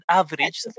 average